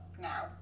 now